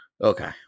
okay